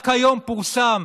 רק היום פורסם,